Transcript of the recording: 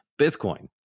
Bitcoin